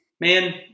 man